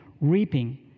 reaping